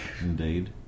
Indeed